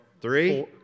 Three